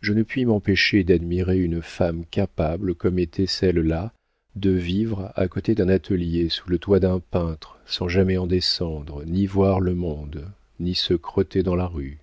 je ne puis m'empêcher d'admirer une femme capable comme était celle-là de vivre à côté d'un atelier sous le toit d'un peintre sans jamais en descendre ni voir le monde ni se crotter dans la rue